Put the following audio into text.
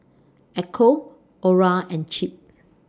Echo Orra and Chip